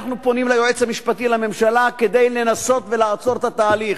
אנחנו פונים ליועץ המשפטי לממשלה כדי לנסות לעצור את התהליך.